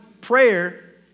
prayer